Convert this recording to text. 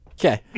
Okay